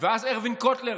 ואז ארווין קוטלר,